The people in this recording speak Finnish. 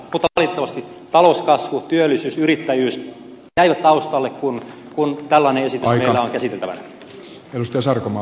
mutta valitettavasti talouskasvu työllisyys yrittäjyys jäivät taustalle kun tällainen esitys meillä on käsiteltävänä